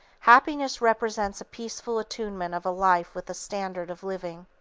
happiness represents a peaceful attunement of a life with a standard of living.